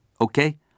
Okay